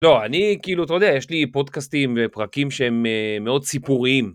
לא, אני כאילו, אתה יודע, יש לי פודקאסטים ופרקים שהם מאוד סיפוריים.